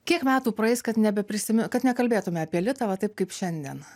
kiek metų praeis kad nebeprisimi kad nekalbėtume apie litą va taip kaip šiandien